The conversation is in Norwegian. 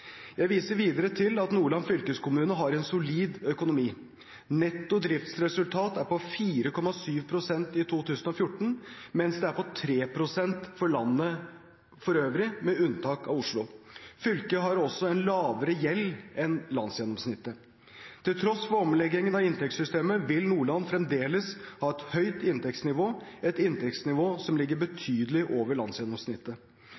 Jeg viser videre til at Nordland fylkeskommune har en solid økonomi. Netto driftsresultat er på 4,7 pst. i 2014, mens det er på 3 pst. for landet for øvrig, med unntak av Oslo. Fylket har også en lavere gjeld enn landsgjennomsnittet. Til tross for omleggingen av inntektssystemet vil Nordland fremdeles ha et høyt inntektsnivå, et inntektsnivå som ligger betydelig over landsgjennomsnittet.